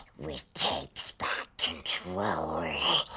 we takes back control. money.